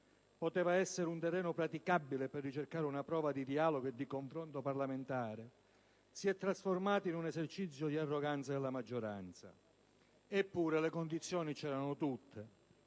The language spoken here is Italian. poteva essere un terreno praticabile per ricercare una prova di dialogo e di confronto parlamentare, si è trasformato in un esercizio di arroganza della maggioranza; eppure le condizioni c'erano tutte.